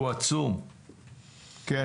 כן,